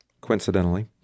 Coincidentally